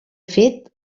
fet